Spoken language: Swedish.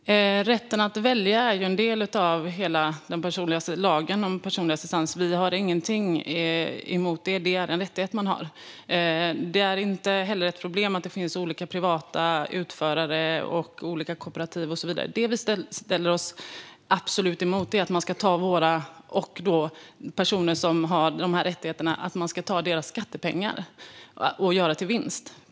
Fru talman! Rätten att välja är en del av lagen om personlig assistans. Vi har ingenting emot det. Det är en rättighet man har. Det är inte heller ett problem att det finns olika privata utförare, olika kooperativ och så vidare. Det vi ställer oss absolut emot är att man ska ta skattepengar från oss och de personer som har de här rättigheterna och göra pengarna till vinst.